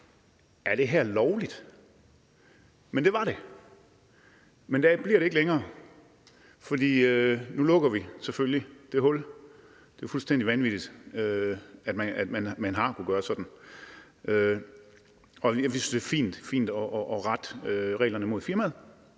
Er det her lovligt? Men det var det. Men det bliver det ikke længere, for nu lukker vi selvfølgelig det hul, og det er fuldstændig vanvittigt, at man har kunnet gøre sådan. Jeg synes, det er fint at rette reglerne mod firmaet,